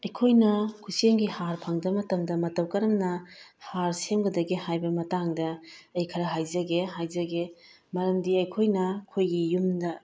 ꯑꯩꯈꯣꯏꯅ ꯈꯨꯠꯁꯦꯝꯒꯤ ꯍꯥꯔ ꯐꯪꯗꯕ ꯃꯇꯝꯗ ꯃꯇꯧ ꯀꯔꯝꯅ ꯍꯥꯔ ꯁꯦꯝꯒꯗꯒꯦ ꯍꯥꯏꯕ ꯃꯇꯥꯡꯗ ꯑꯩ ꯈꯔ ꯍꯥꯏꯖꯒꯦ ꯍꯥꯏꯖꯒꯦ ꯃꯔꯝꯗꯤ ꯑꯩꯈꯣꯏꯅ ꯑꯩꯈꯣꯏꯒꯤ ꯌꯨꯝꯗ